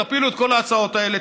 תפילו את כל ההצעות האלה,